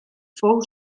fou